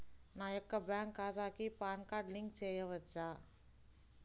నా యొక్క బ్యాంక్ ఖాతాకి పాన్ కార్డ్ లింక్ చేయవచ్చా?